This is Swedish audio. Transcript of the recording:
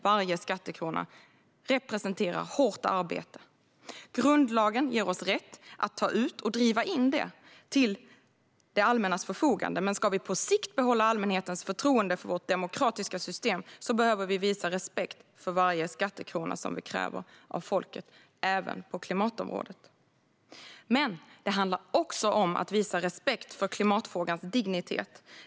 Varje skattekrona representerar hårt arbete. Grundlagen ger oss rätt att ta ut och driva in den till det allmännas förfogande, men ska vi på sikt bibehålla allmänhetens förtroende för vårt demokratiska system behöver vi visa respekt för varje skattekrona som vi kräver av folket - även på klimatområdet. Men det handlar också om att visa respekt för klimatfrågans dignitet.